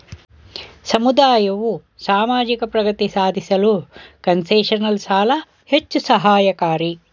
ಸಮುದಾಯವು ಸಾಮಾಜಿಕ ಪ್ರಗತಿ ಸಾಧಿಸಲು ಕನ್ಸೆಷನಲ್ ಸಾಲ ಹೆಚ್ಚು ಸಹಾಯಕಾರಿ